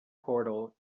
portal